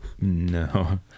no